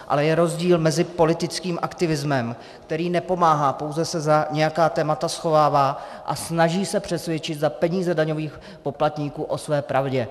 Ale je rozdíl mezi politickým aktivismem, který nepomáhá, pouze se za nějaká témata schovává a snaží se přesvědčit za peníze daňových poplatníků o své pravdě.